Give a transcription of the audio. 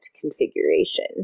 configuration